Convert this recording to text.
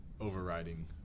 overriding